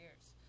years